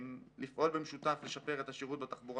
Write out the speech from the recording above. לפעול במשותף לשפר את השירות בתחבורה